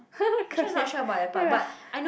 okay